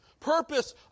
purpose